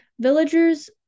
Villagers